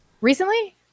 recently